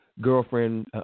girlfriend